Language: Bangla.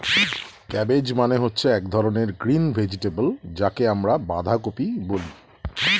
ক্যাবেজ মানে হচ্ছে এক ধরনের গ্রিন ভেজিটেবল যাকে আমরা বাঁধাকপি বলি